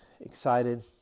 excited